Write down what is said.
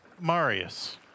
Marius